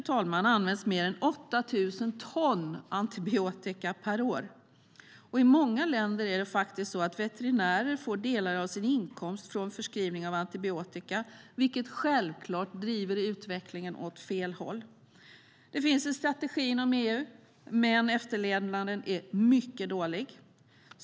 Inom EU används mer än 8 000 ton antibiotika per år. I många länder får veterinärer delar av sin inkomst från förskrivning av antibiotika, vilket självklart driver utvecklingen åt fel håll! Det finns en strategi inom EU, men efterlevnaden är mycket dålig.